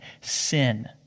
Sin